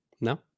No